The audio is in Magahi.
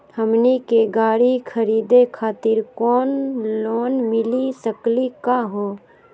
हमनी के गाड़ी खरीदै खातिर लोन मिली सकली का हो?